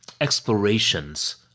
explorations